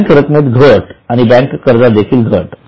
बँकेच्या रक्कमेत घट आणि बँक कर्जात देखील घट